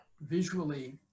visually